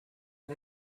you